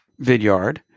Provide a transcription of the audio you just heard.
Vidyard